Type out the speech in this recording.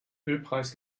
ölpreis